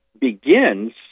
begins